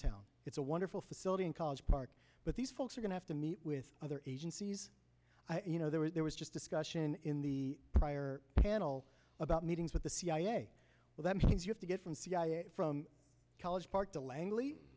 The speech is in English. downtown it's a wonderful facility in college park but these folks are going to have to meet with other agencies you know there was there was just discussion in the prior panel about meetings with the cia well that means you have to get from cia from college park to langley